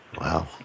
Wow